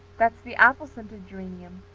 that's the apple-scented geranium.